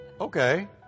Okay